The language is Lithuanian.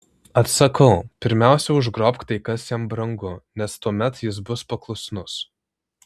atsakau pirmiausia užgrobk tai kas jam brangu nes tuomet jis bus paklusnus